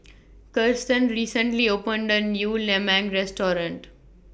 Kiersten recently opened A New Lemang Restaurant